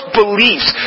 beliefs